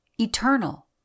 eternal